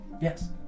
Yes